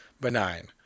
benign